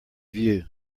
view